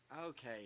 okay